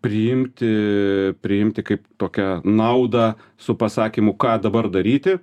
priimti priimti kaip tokią naudą su pasakymu ką dabar daryti